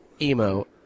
Emo